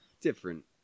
different